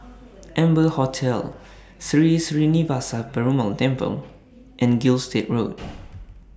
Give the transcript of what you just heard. Amber Hotel Sri Srinivasa Perumal Temple and Gilstead Road